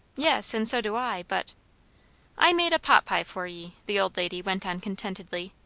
yes, and so do i, but i made a pot-pie for ye, the old lady went on contentedly.